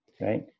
right